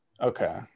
Okay